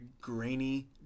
grainy